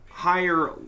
higher